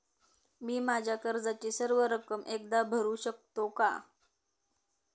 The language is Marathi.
मी माझ्या कर्जाची सर्व रक्कम एकदा भरू शकतो का?